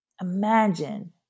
Imagine